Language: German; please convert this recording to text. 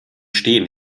stehen